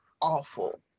awful